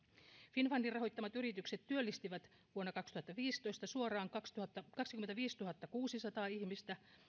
finnfundin rahoittamat yritykset työllistivät vuonna kaksituhattaviisitoista suoraan kaksikymmentäviisituhattakuusisataa ihmistä